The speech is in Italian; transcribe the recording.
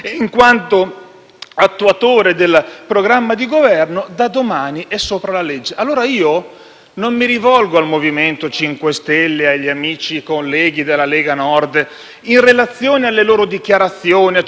non mi rivolgo al MoVimento 5 Stelle e agli amici e colleghi della Lega, in relazione alle loro dichiarazioni e a ciò che hanno sempre detto di intendere, di volere e di pensare: no, quello lo fanno i giornali e la polemica politica.